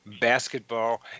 basketball